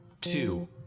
two